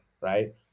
right